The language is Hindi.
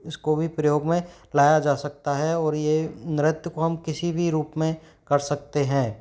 इसको भी प्रयोग में लाया जा सकता है और यह नृत्य को हम किसी भी रूप में कर सकते हैं